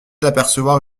d’apercevoir